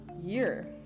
year